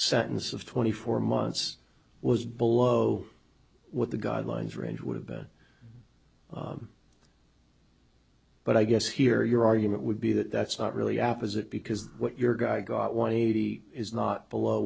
sentence of twenty four months was below what the guidelines range would have been but i guess here your argument would be that that's not really opposite because what your guy got want eighty is not below